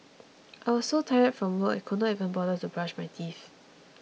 I was so tired from work I could not even bother to brush my teeth